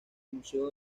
museo